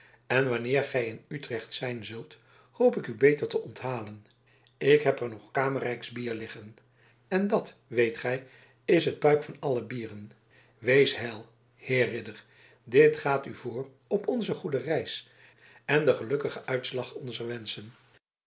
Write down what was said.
en wanneer gij in utrecht zijn zult hoop ik u beter te onthalen ik heb er nog kamerijks bier liggen en dat weet gij is het puik van alle bieren wees heil heer ridder dit gaat u voor op onze goede reis en den gelukkigen uitslag onzer wenschen